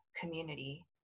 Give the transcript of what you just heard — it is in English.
community